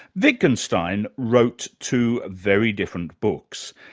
wittgenstein wrote two very different books,